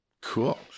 Cool